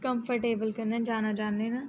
comfortable कन्नै जाना चांह्दे न